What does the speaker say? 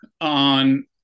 on